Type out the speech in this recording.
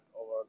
over